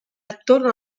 attorno